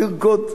זה היה הסיפור.